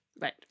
right